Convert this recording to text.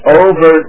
over